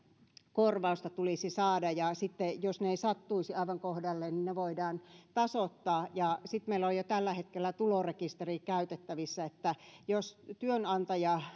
korvausta tulisi saada ja sitten jos ne eivät sattuisi aivan kohdalleen ne voidaan tasoittaa sitten meillä on jo tällä hetkellä tulorekisteri käytettävissä eli jos työnantaja